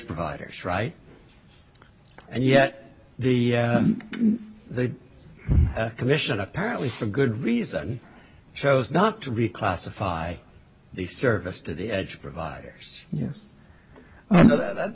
provider's right and yet the they commission apparently for good reason chose not to reclassify the service to the edge providers yes that